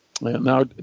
Now